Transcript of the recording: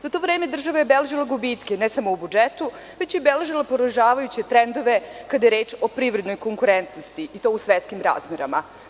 Za to vreme država je beležila gubitke, ne samo u budžetu, već je beležila poražavajuće trendove kada je reč o privrednoj konkurentnosti i to u svetskim razmerama.